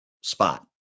spot